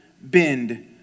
bend